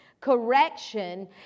correction